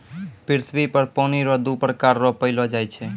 पृथ्वी पर पानी रो दु प्रकार रो पैलो जाय छै